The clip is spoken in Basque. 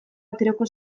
aterako